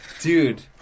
Dude